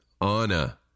Anna